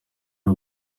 b’u